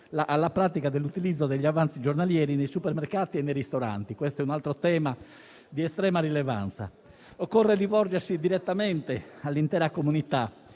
la pratica dell'utilizzo degli avanzi giornalieri nei supermercati e nei ristoranti, altro tema di estrema rilevanza. Occorre rivolgersi direttamente all'intera comunità